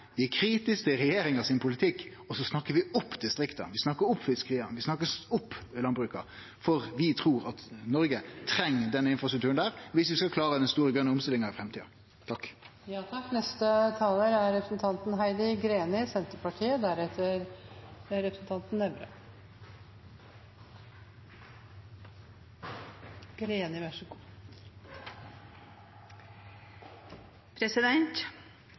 vi er kritiske til politikken til regjeringa, og vi snakkar opp distrikta, fiskeria og landbruket, for vi trur at Noreg treng denne infrastrukturen viss vi skal klare den store grøne omstillinga i framtida.